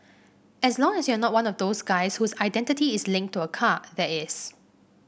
as long as you're not one of those guys whose identity is linked to a car that is